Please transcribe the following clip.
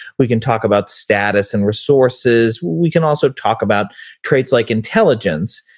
we can talk about status and resources, we can also talk about traits like intelligence,